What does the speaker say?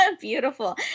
beautiful